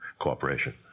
cooperation